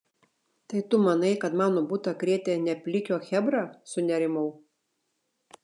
tai tu manai kad mano butą krėtė ne plikio chebra sunerimau